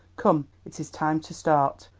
come, it is time to start.